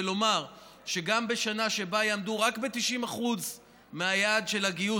ולומר שגם בשנה שבה יעמדו רק ב-90% מהיעד של הגיוס,